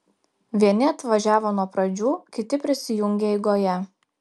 vieni atvažiavo nuo pradžių kiti prisijungė eigoje